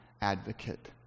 advocate